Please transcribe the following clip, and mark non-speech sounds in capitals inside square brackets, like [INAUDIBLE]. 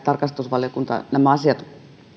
[UNINTELLIGIBLE] tarkastusvaliokunta nämä asiat